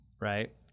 right